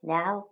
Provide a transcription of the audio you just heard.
Now